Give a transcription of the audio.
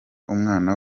umwana